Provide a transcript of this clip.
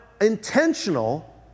intentional